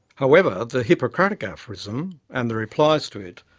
however, the hippocratic aphorism, and the replies to it,